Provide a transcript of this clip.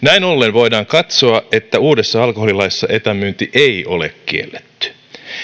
voidaan katsoa että uudessa alkoholilaissa etämyynti ei ole kielletty